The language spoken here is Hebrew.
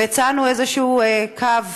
הצענו איזשהו קו